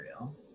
real